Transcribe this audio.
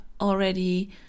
already